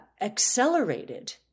accelerated